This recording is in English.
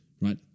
right